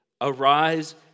Arise